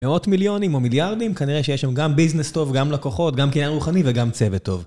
מאות מיליונים או מיליארדים, כנראה שיש שם גם ביזנס טוב, גם לקוחות, גם קניין רוחני וגם צוות טוב.